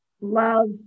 love